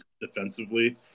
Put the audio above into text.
defensively